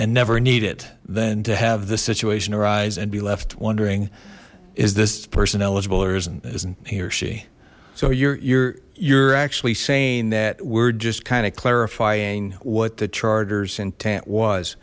and never need it than to have this situation arise and be left wondering is this person eligible or isn't he or she so you're you're you're actually saying that we're just kind of clarifying what the chargers intent was